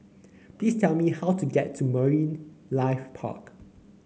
please tell me how to get to Marine Life Park